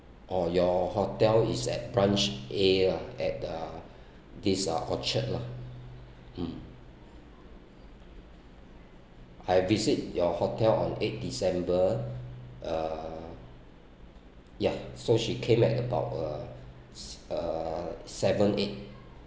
oh your hotel is at brunch a lah at the this uh orchard lah mm I visit your hotel on eighth december uh ya so she came at about uh uh seven eight